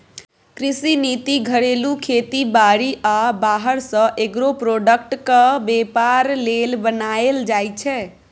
कृषि नीति घरेलू खेती बारी आ बाहर सँ एग्रो प्रोडक्टक बेपार लेल बनाएल जाइ छै